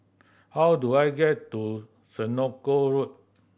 how do I get to Senoko Road